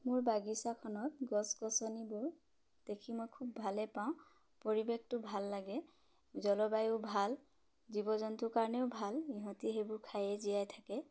মোৰ বাগিচাখনত গছ গছনিবোৰ দেখি মই খুব ভালেই পাওঁ পৰিৱেশটো ভাল লাগে জলবায়ু ভাল জীৱ জন্তুৰ কাৰণেও ভাল ইহঁতি সেইবোৰ খায়ে জীয়াই থাকে